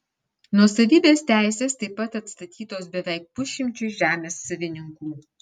nuosavybės teisės taip pat atstatytos beveik pusšimčiui žemės savininkų